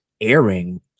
airing